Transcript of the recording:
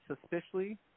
suspiciously